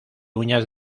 uñas